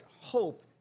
hope